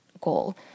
goal